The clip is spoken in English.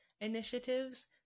initiatives